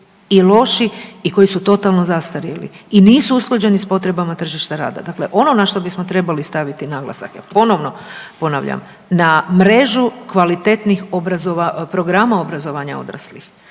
i loši i koji su totalno zastarjeli i nisu usklađeni s potreba tržišta rada. Dakle, ono na što bismo trebali staviti naglasak ja ponovno ponavljam, na mrežu kvalitetnih programa obrazovanja odraslih.